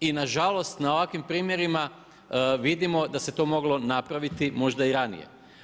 I na žalost na ovakvim primjerima vidimo da se to moglo napraviti možda i ranije.